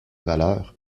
valeur